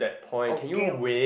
okay